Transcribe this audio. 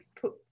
put